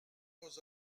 vos